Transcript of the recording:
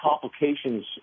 complications